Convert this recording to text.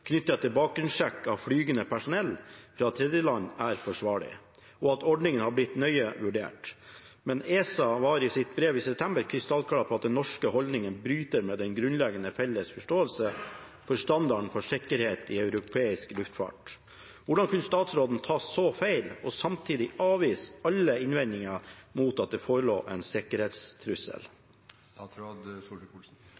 til bakgrunnssjekk av flygende personell fra tredjeland, er forsvarlig, og at ordningen har blitt nøye vurdert. Men ESA var i sitt brev i september krystallklar på at den norske holdningen «bryter med en grunnleggende felles forståelse for standarden for sikkerhet i europeisk luftfart». Hvordan kunne statsråden ta så feil og samtidig avvise alle innvendingene mot at det forelå en